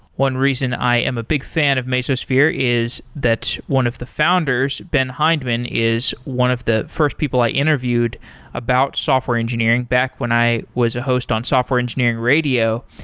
one reason i am a big fan of mesosphere is that one of the founders, ben hindman, is one of the first people i interviewed about software engineering back when i was a host on software engineering radio,